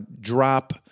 drop